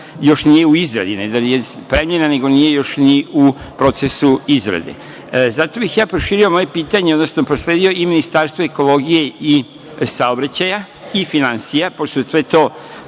još nije u izradi, ne da nije spremljena, nego nije još ni u procesu izrade. Zato bih ja proširio moje pitanje, odnosno prosledio i Ministarstvu ekologije i saobraćaja i finansija, pošto su sve to